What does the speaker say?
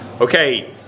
Okay